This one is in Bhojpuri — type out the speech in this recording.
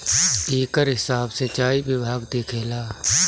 एकर हिसाब सिंचाई विभाग देखेला